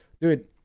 dude